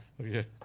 Okay